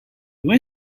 who